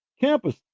Campus